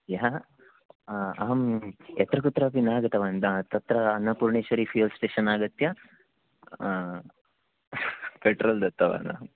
ह्यः अहं यत्र कुत्रापि न गतवान् तत्र अन्नपूर्णेश्वरि फ्युवेल् स्टेशन् आगत्य पेट्रोल् दत्तवान् अहम्